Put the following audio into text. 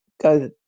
go